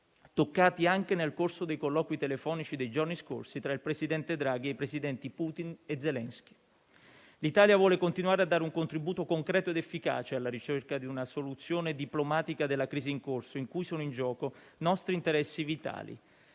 toccati anche nel corso dei colloqui telefonici dei giorni scorsi tra il presidente Draghi e i presidenti Putin e Zelenski. L'Italia vuole continuare a dare un contributo concreto ed efficace alla ricerca di una soluzione diplomatica della crisi in corso, in cui sono in gioco nostri interessi vitali.